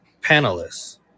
panelists